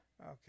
Okay